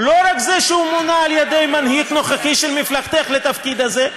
לא רק שהוא מונה על ידי המנהיג הנוכחי של מפלגתך לתפקיד הזה,